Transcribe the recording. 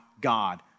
God